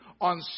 on